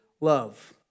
love